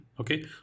okay